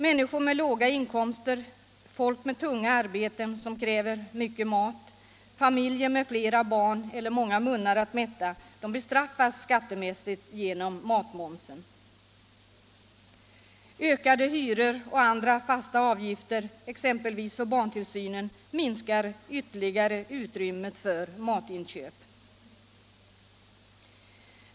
Människor med låga inkomster, människor med tunga arbeten som kräver mycket mat, familjer med flera barn och många munnar att mätta bestraffas skattemässigt genom matmomsen. Ökade hyror och andra fasta avgifter, exempelvis för barntillsynen, minskar ytterligare utrymmet för matinköp.